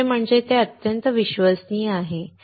दुसरे म्हणजे ते अत्यंत विश्वासार्ह आहे